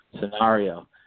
scenario